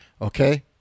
Okay